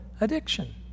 addiction